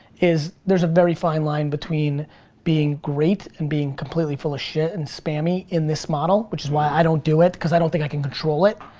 is there's a very fine line between being great and being completely full of shit, and spammy in this model. which is why i don't do it. cause i don't think i can control it,